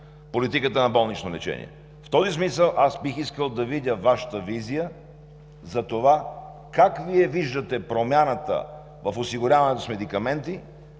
политиката на болнично лечение. В този смисъл бих искал да видя Вашата визия за това как виждате промяната в осигуряването с медикаменти